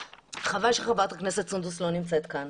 חבל שחברת הכנסת סונדוס לא נמצאת כאן,